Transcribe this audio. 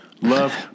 Love